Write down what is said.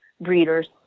breeders